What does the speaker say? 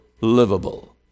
livable